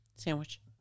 Sandwich